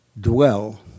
dwell